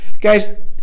guys